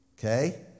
Okay